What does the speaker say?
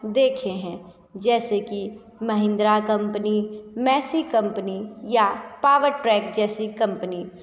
देखे हैं जैसे कि महिंद्रा कम्पनी मेसी कम्पनी या पावर ट्रैक जैसी कम्पनी